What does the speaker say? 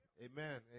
Amen